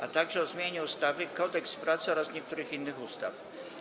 A także: - o zmianie ustawy Kodeks pracy oraz niektórych innych ustaw.